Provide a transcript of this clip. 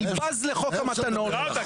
אני בז לחוק המתנות,